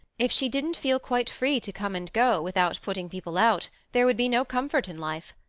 if she didn't feel quite free to come and go, without putting people out, there would be no comfort in life.